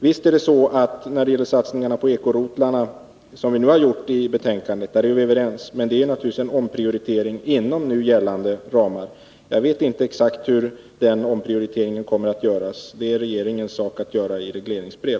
Visst är vi överens om satsning på eko-rotlarna, men det är naturligtvis en omprioritering inom nu gällande ramar. Jag vet inte exakt hur den omprioriteringen kommer att göras — det är regeringens sak att göra i regleringsbrev.